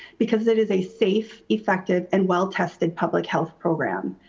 because it is a safe, effective and well-tested public health program.